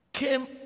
came